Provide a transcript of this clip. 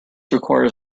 requires